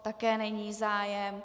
Také není zájem.